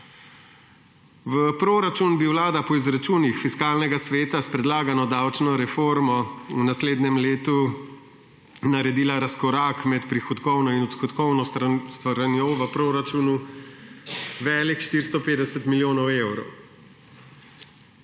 V proračun bi Vlada po izračunih Fiskalnega sveta s predlagano davčno reformno v naslednjem letu naredila razkorak med prihodkovno in odhodkovno stranjo v proračunu velik 450 milijonov evrov.